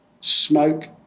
smoke